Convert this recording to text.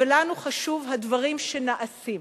ולנו חשוב הדברים שנעשים